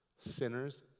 sinners